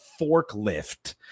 forklift